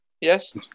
yes